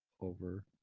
over